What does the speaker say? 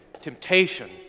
temptation